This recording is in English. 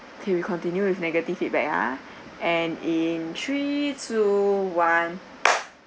okay we continue with negative feedback ah and in three two one